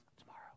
tomorrow